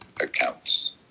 accounts